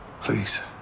Please